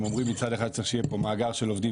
אם אומרים מצד אחד, צריך שיהיה פה מאגר של עובדים.